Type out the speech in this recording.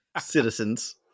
citizens